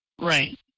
Right